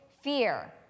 fear